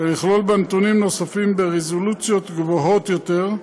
ולכלול בה נתונים נוספים, ברזולוציות גבוהות יותר,